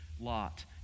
Lot